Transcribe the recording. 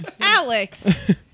Alex